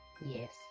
yes